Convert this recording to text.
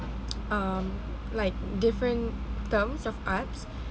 um like different terms of arts